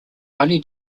only